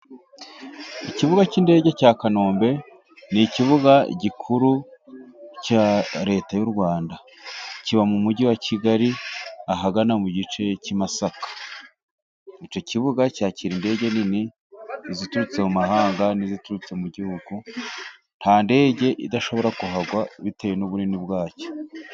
Ikibuga cy'indege cya kanombe, ni ikibuga gikuru cya leta y'u rwanda kiba mu mujyi wa kigali ahagana mu gice k'i masaka, icyo kibuga cyakira indege nini i ziturutse mu mahanga ,n'iziturutse mu gihugu nta ndege idashobora kuhagwa bitewe n'ubunini bwacyo.